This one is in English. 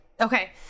Okay